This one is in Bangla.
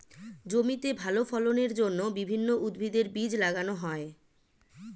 জমিতে ভালো ফলনের জন্য বিভিন্ন উদ্ভিদের বীজ লাগানো হয়